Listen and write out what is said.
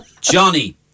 Johnny